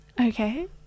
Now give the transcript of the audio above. Okay